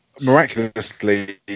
miraculously